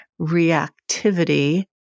reactivity